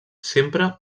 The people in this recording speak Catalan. sempre